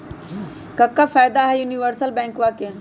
क्का फायदा हई यूनिवर्सल बैंकवा के?